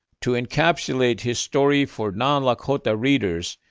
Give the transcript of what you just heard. to encapsulate his story for non-lakota readers,